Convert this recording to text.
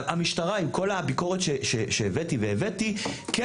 המשטרה - עם כל הביקורת שהבאתי והבאתי כן,